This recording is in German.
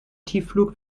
tiefflug